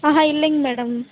ஆஹூம் இல்லைங்க மேடம்